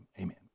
amen